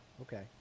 okay